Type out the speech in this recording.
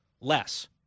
less